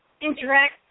interact